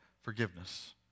forgiveness